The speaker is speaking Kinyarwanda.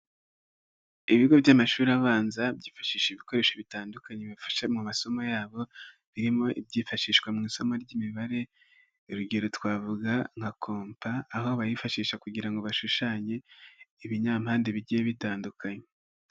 Ibigo by'amashuri abanza byifashisha ibikoresho bitandukanye bifasha mu masomo yabo birimo ibyifashishwa mu isomo ry'imibare, urugero twavuga nka kompa aho bayifashisha kugira ngo bashushanye ibinyampande bigiye bitandukanye.